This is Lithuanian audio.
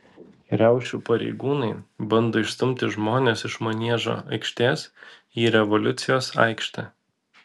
riaušių pareigūnai bando išstumti žmones iš maniežo aikštės į revoliucijos aikštę